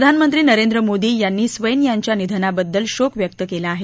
प्रधानमंत्री नरेंद्र मोदी यांनी स्वैन यांच्या निधनाबद्दल शोक व्यक्त केला आहे